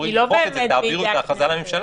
אתם אומרים למחוק את זה ולהעביר את ההכרזה לממשלה.